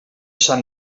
sant